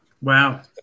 Wow